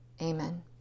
Amen